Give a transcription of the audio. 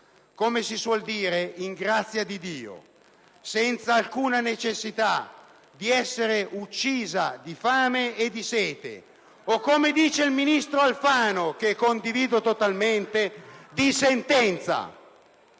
come si suol dire, in grazia di Dio, senza alcuna necessità di essere uccisa di fame e di sete o, come dice il ministro Alfano - e lo condivido totalmente - di sentenza.